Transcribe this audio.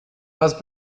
was